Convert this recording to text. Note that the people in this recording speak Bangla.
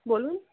বলুন